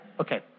Okay